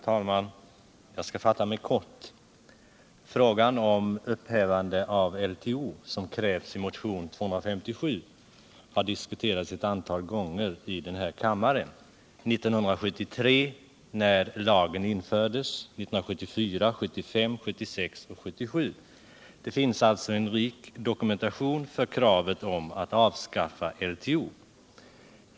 Herr talman! Jag skall fatta mig kort. Frågan om upphävande av LTO, vilket krävs i motionen 257, har diskuterats ett antal gånger i den här kammaren: 1973 — lagen infördes det året — 1974, 1975. 1976 och 1977. Det finns allså en rik dokumentation för kravet på att avskaffa LTO.